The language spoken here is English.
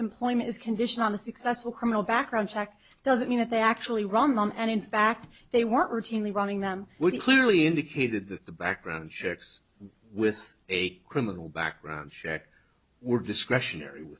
employment is conditional the successful criminal background check doesn't mean that they actually run them and in fact they weren't routinely running them when you clearly indicated that the background checks with a criminal background check were discretionary